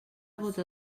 gota